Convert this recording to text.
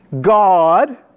God